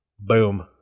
Boom